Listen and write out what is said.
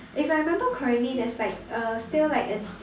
if I remember correctly that's like uh still like a